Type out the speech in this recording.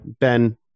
Ben